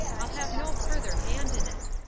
i'll have no further hand in it.